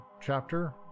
chapter